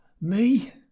Me